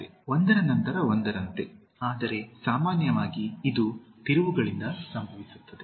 ಆದ್ದರಿಂದ ಒಂದರ ನಂತರ ಒಂದರಂತೆ ಆದರೆ ಸಾಮಾನ್ಯವಾಗಿ ಇದು ತಿರುವುಗಳಿಂದ ಸಂಭವಿಸುತ್ತದೆ